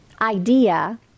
idea